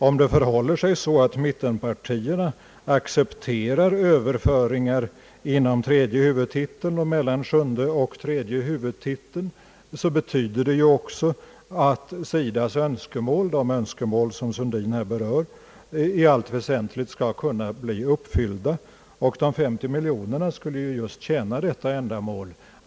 Om mittenpartierna accepterar överföringar inom tredje huvudtiteln och mellan sjunde och tredje huvudtitlarna, betyder det ju också att SIDA:s önskemål — de önskemål som herr Sundin har berört — i allt väsentligt skall kunna bli uppfyllda, och de 50 miljonerna skulle ju just tjäna detta ändamål.